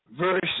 Verse